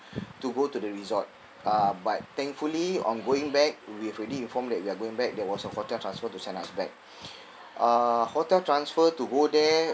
to go to the resort uh but thankfully on going back we've already informed that we are going back there was a hotel transfer to send us back uh hotel transfer to go there